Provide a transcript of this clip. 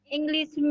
English